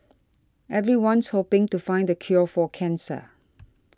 everyone's hoping to find the cure for cancer